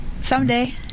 Someday